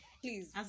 please